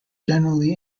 generally